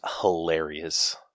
hilarious